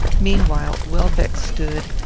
meanwhile welbeck stood,